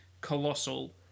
Colossal